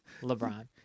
LeBron